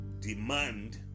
demand